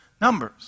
Numbers